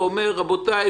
ואורך לפעמים לא 10,